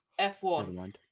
F1